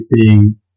seeing